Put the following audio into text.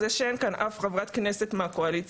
זה שאין כאן אף חבר כנסת מהקואליציה,